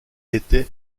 était